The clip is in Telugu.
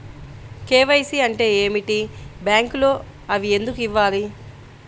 కే.వై.సి అంటే ఏమిటి? బ్యాంకులో అవి ఎందుకు ఇవ్వాలి?